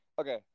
okay